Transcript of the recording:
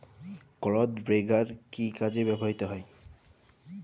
Clod breaker কি কাজে ব্যবহৃত হয়?